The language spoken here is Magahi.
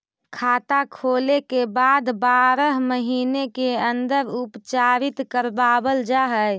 खाता खोले के बाद बारह महिने के अंदर उपचारित करवावल जा है?